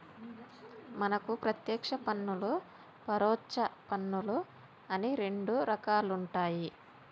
మనకు పత్యేక్ష పన్నులు పరొచ్చ పన్నులు అని రెండు రకాలుంటాయి